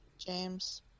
James